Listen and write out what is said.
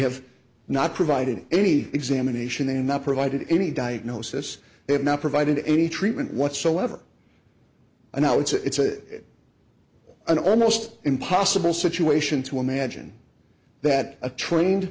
have not provided any examination and not provided any diagnosis they have not provided any treatment whatsoever and how it's a an almost impossible situation to imagine that a trained